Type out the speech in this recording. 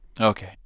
Okay